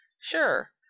Sure